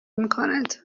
میکند